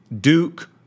Duke